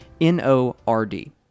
N-O-R-D